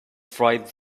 freight